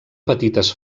petites